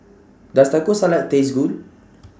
Does Taco Salad Taste Good